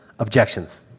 Objections